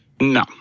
No